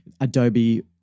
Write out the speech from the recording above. Adobe